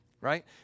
right